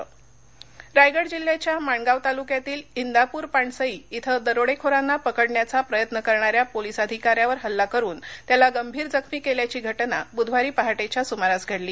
police जखमी रायगड जिल्ह्याच्या माणगाव तालुक्यातील विप्र पाणसई कें दरोडेखोरांना पकडण्याचा प्रयत्न करणाऱ्या पोलीस अधिकाऱ्यावर हल्ला करून त्याला गंभीर जखमी केल्याची घटना बुधवारी पहाटेच्या सुमारास घडली